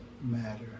Matter